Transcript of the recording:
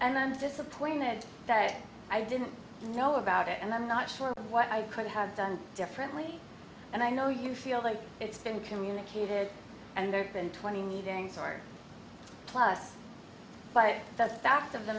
and i'm disappointed that i didn't know about it and i'm not sure what i could have done differently and i know you feel that it's been communicated and there have been twenty meetings or plus but the fact of the